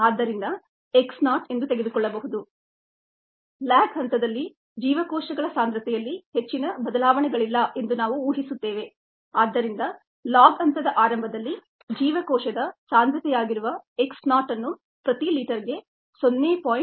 ಆದ್ದರಿಂದ ಅದನ್ನು x naught ಎಂದು ತೆಗೆದುಕೊಳ್ಳಬಹುದು ಲ್ಯಾಗ್ ಹಂತದಲ್ಲಿ ಜೀವಕೋಶಗಳ ಸಾಂದ್ರತೆಯಲ್ಲಿ ಹೆಚ್ಚಿನ ಬದಲಾವಣೆಗಳಿಲ್ಲ ಎಂದು ನಾವು ಊಹಿಸುತ್ತಿದ್ದೇವೆ ಆದ್ದರಿಂದ ಲಾಗ್ ಹಂತದ ಆರಂಭದಲ್ಲಿ ಜೀವಕೋಶದ ಸಾಂದ್ರತೆಯಾಗಿರುವ x ನಾಟ್ ಅನ್ನು ಪ್ರತಿ ಲೀಟರ್ಗೆ 0